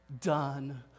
done